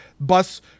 bus